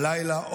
הלילה,